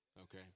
okay